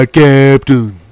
captain